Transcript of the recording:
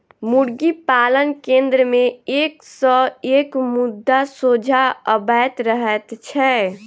मुर्गी पालन केन्द्र मे एक सॅ एक मुद्दा सोझा अबैत रहैत छै